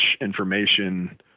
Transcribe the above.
information